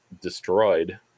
destroyed